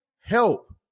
help